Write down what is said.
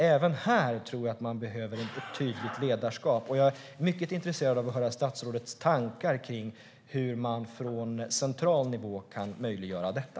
Även här tror jag att det behövs ett tydligt ledarskap, och jag är mycket intresserad av att höra statsrådets tankar om hur man från central nivå kan möjliggöra detta.